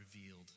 revealed